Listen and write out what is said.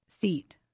seat